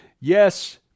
Yes